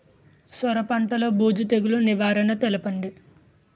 సొర పంటలో బూజు తెగులు నివారణ తెలపండి?